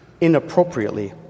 inappropriately